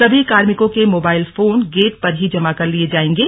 सभी कार्मिकों के मोबाईल फोन गेट पर ही जमा करा दिये जायेंगे